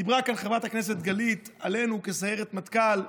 דיברה כאן חברת הכנסת גלית עלינו כסיירת מטכ"ל.